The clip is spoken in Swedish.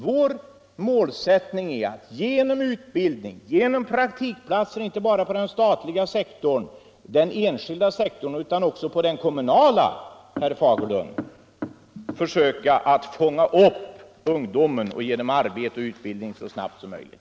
Vårmålsättning är att genom utbildning och praktikplatser — inte bara på de statliga och enskilda sektorerna utan också på den kommunala sektorn, herr Fagerlund — försöka fånga upp ungdomen och ge den utbildning och arbete så snabbt som möjligt.